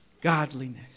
godliness